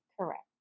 Correct